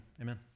Amen